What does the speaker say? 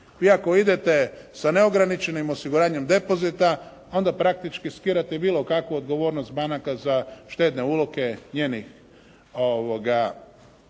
ako idete sa neograničenim osiguranjem depozita onda praktički riskirate bilo kakvu odgovornost banaka za štedne uloge njenih